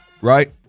right